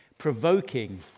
provoking